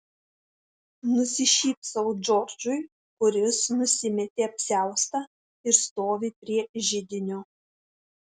nusišypsau džordžui kuris nusimetė apsiaustą ir stovi prie židinio